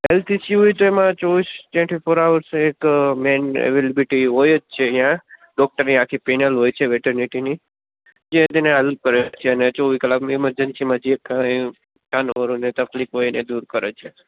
health issue હોય તો એમાં ચોવીસ ટ્વેન્ટી ફોર અવર્સ એક મેન અવેલિબિટી હોય જ છે અહીંયા ડૉક્ટરની આખી પેનલ હોય છે વેટરનિટીની જે તેને હેલ્પ કરે છે અને ચોવીસ કલાકની ઇમરજન્સીમાં જે કાંઈ જાનવરોને તકલીફ હોય એને દૂર કરે છે